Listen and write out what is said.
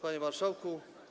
Panie Marszałku!